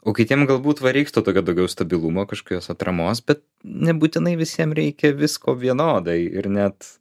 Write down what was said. o kitiem galbūt va reiktų tokio daugiau stabilumo kažkokios atramos bet nebūtinai visiem reikia visko vienodai ir net